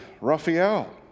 raphael